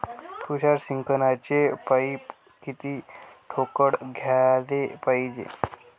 तुषार सिंचनाचे पाइप किती ठोकळ घ्याले पायजे?